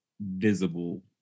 visible